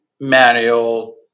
manual